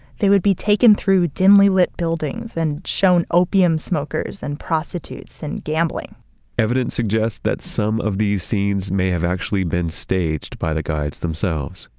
they would be taken through dimly lit buildings and shown opium smokers and prostitutes and gambling evidence suggests that some of these scenes may have actually been staged by the guides themselves.